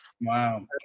Wow